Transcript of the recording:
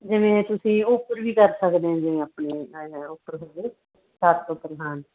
ਜਿਵੇਂ ਤੁਸੀਂ ਉੱਪਰ ਵੀ ਕਰ ਸਕਦੇ ਆ ਜਿਵੇਂ ਆਪਣੇ ਇਹ ਉੱਪਰ ਹੋਗੇ ਛੱਤ ਉੱਪਰ ਹਾਂਜੀ